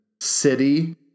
city